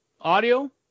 audio